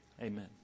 Amen